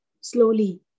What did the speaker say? Slowly